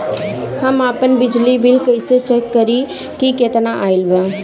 हम आपन बिजली बिल कइसे चेक करि की केतना आइल बा?